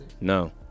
No